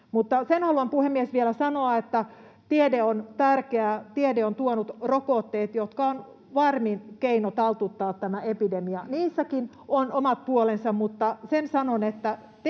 puhemies vielä sanoa, että tiede on tärkeää. Tiede on tuonut rokotteet, jotka ovat varmin keino taltuttaa tämä epidemia. Niissäkin on omat puolensa, mutta sen sanon,